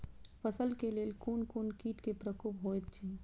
फसल के लेल कोन कोन किट के प्रकोप होयत अछि?